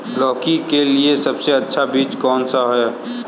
लौकी के लिए सबसे अच्छा बीज कौन सा है?